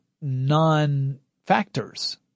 non-factors